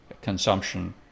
consumption